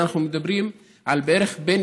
אנחנו מדברים על בערך בין